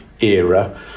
era